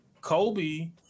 Kobe